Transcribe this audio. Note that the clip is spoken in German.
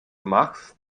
machst